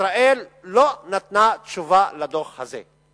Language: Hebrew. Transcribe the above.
ישראל לא נתנה תשובה לדוח הזה.